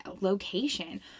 location